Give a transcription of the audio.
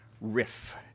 Riff